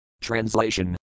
Translation